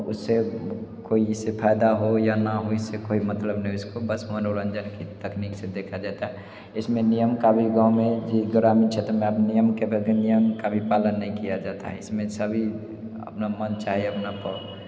उससे कोई इससे फ़ायदा हो या ना हो इससे कोई मतलब नहीं उसको बस मनोरंजन की तकनीक से देखा जाता इसमें नियम का भी गाँव में जो ग्रामीण क्षेत्र में आप नियम के नियम का भी पालन नहीं किया जाता इसमें सभी अपना मन चाहे अपने आप